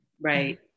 Right